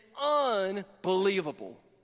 unbelievable